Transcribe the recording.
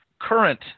Current